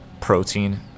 protein